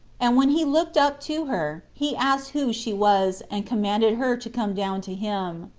and when he looked up to her, he asked who she was, and commanded her to come down to him.